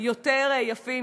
היותר-יפים,